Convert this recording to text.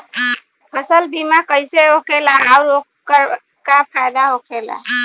फसल बीमा कइसे होखेला आऊर ओकर का फाइदा होखेला?